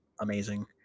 amazing